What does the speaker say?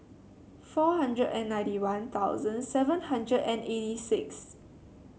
four hundred and ninety One Thousand seven hundred and eighty six